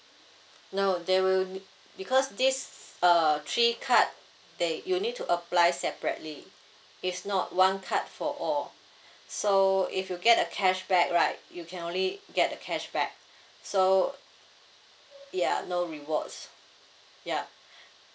no there will because this uh three card that you need to apply separately it's not one card for all so if you get a cashback right you can only get the cashback so ya no rewards ya